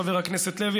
חבר הכנסת לוי,